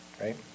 right